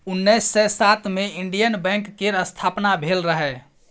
उन्नैस सय सात मे इंडियन बैंक केर स्थापना भेल रहय